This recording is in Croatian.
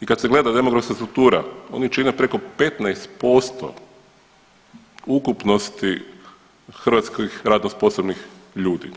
i kad se gleda demografska struktura, oni čine preko 15% ukupnosti hrvatski radno sposobnih ljudi.